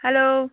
hello